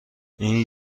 این